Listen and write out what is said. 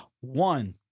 One